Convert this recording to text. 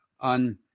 on